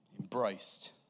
embraced